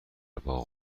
باغ